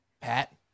Pat